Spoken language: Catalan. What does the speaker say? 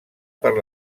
per